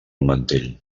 mantell